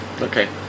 Okay